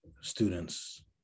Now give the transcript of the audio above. students